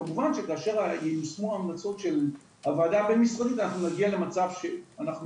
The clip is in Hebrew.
כאשר ייושמו ההמלצות של הוועדה הבין משרדית אנחנו נגיע למצב שאנחנו